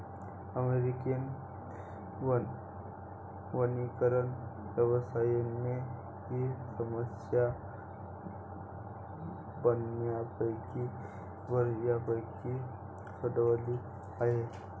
American वनीकरण व्यवसायाने ही समस्या बऱ्यापैकी सोडवली आहे